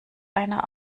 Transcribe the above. einer